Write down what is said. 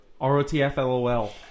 R-O-T-F-L-O-L